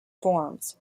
forms